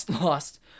Lost